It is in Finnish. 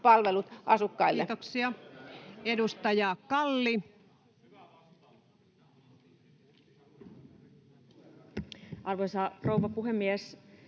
palvelut asukkaille. Kiitoksia. — Edustaja Kalli. Arvoisa rouva puhemies!